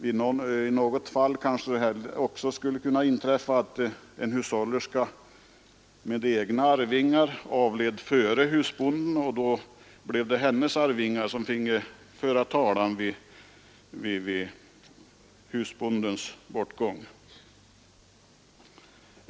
I något fall skulle måhända också inträffa att en hushållerska med egna arvingar avled före husbonden. Då blev det hennes arvingar som fick föra talan vid husbondens bortgång.